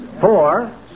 Four